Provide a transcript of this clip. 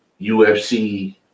ufc